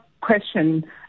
question